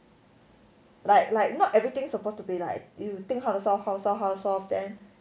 like like not everything's supposed to be like you think how to solve how to solve how to solve then